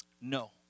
No